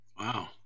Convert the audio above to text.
Wow